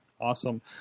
awesome